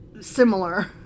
similar